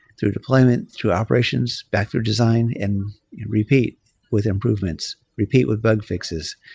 through deployment, through operations, back through design and repeat with improvements. repeat with bug fixes.